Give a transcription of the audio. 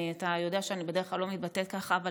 אתה יודע שאני בדרך כלל לא מתבטאת ככה, אבל